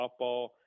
Softball